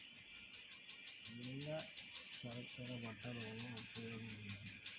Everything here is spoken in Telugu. లింగాకర్షక బుట్టలు వలన ఉపయోగం ఏమిటి?